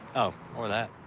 oh. or that.